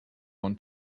want